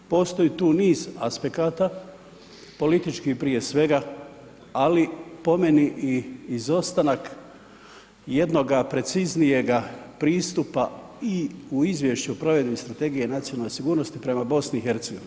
Postoji tu niz aspekata, političkih prije svega, ali po meni i izostanak jednoga preciznijega pristupa i u izvješću provedbe Strategije nacionalne sigurnosti prema BiH.